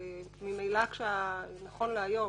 נכון להיום,